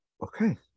Okay